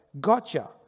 gotcha